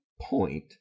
point